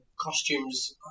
costumes